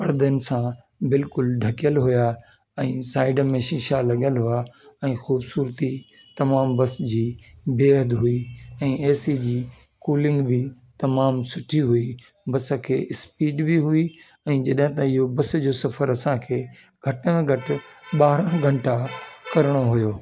परदनि सां बिल्कुलु ढकियल हुया ऐं साइड में शीशा लॻियल हुआ ऐं खूबसूरती तमामु बस जी बेहदु हुई ऐं एसी जी कुलिंग बि तमामु सुठी हुई बस खे स्पीड बि हुई ऐं जॾहिं ताईं इयो बस जो सफ़र असांखे घटि में घटि ॿारहं घंटा करिणो हुयो